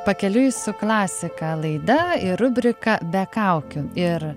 pakeliui su klasika laida ir rubrika be kaukių ir